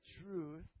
truth